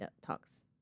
talks